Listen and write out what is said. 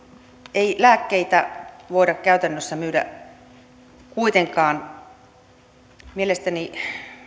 ei lääkkeitä voida käytännössä myydä kuitenkaan mielestäni